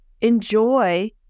enjoy